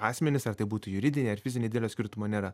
asmenys ar tai būtų juridiniai ar fiziniai didelio skirtumo nėra